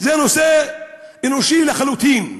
זה נושא אנושי לחלוטין,